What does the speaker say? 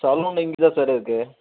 salon இங்கே தான் sir இருக்குது